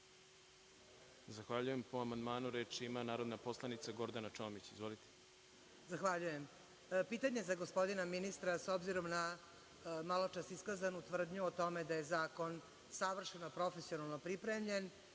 Zahvaljujem. Po amandmanu reč ima narodna poslanica Gordana Čomić. Izvolite. **Gordana Čomić** Zahvaljujem. Pitanje za gospodina ministra, s obzirom na maločas iskazanu tvrdnju o tome da je zakon savršeno, profesionalno pripremljen,